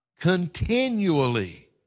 continually